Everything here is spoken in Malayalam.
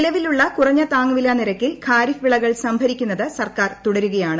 നിലവിലുള്ള കുറഞ്ഞ താങ്ങ് വില നിരക്കിൽ ഖാരിഫ് വിളകൾ സംഭരിക്കുന്നത് സർക്കാർ തുടരുകയാണ്